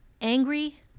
angry